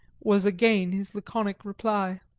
was again his laconic reply.